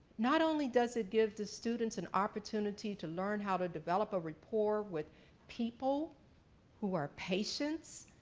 not only does it give the students an opportunity to learn how to develop a rapport with people who are patients,